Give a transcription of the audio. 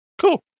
Cool